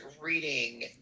reading